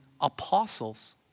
apostles